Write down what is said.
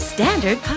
Standard